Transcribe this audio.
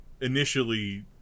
initially